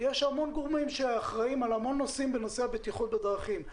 יש המון גורמים שאחראיים על המון נושאים בנושא הבטיחות בדרכים,